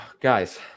Guys